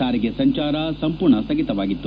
ಸಾರಿಗೆ ಸಂಚಾರ ಸಂಪೂರ್ಣ ಸ್ಥಗಿತವಾಗಿತ್ತು